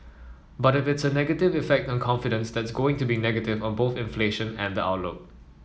but if it's a negative effect on confidence that's going to be negative on both inflation and the outlook